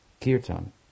Kirtan